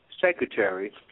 secretary